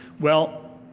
well,